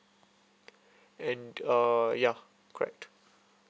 and uh ya correct